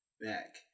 back